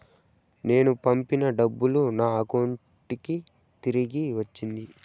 నేను పంపిన డబ్బులు నా అకౌంటు కి తిరిగి వచ్చింది